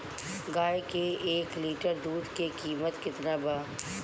गाय के एक लीटर दूध के कीमत केतना बा?